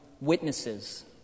witnesses